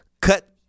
cut